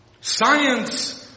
Science